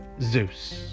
Zeus